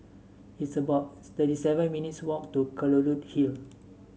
it's about thirty seven minutes' walk to Kelulut Hill